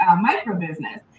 micro-business